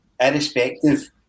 irrespective